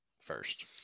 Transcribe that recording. first